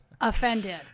Offended